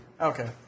Okay